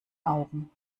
augen